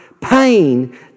pain